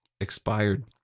expired